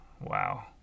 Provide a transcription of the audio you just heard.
Wow